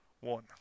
One